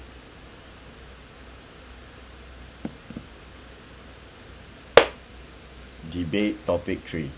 debate topic three